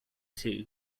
too